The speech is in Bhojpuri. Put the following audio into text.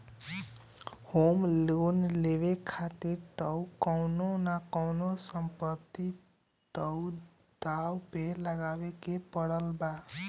होम लोन लेवे खातिर तअ कवनो न कवनो संपत्ति तअ दाव पे लगावे के पड़त बा